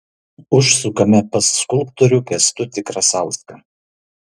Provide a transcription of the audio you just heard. užsukame pas skulptorių kęstutį krasauską